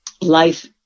Life